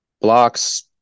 blocks